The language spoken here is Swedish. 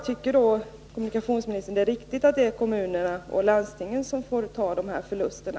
Tycker kommunikationsministern att det är riktigt att kommunerna och landstingen får ta de här förlusterna?